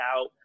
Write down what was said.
out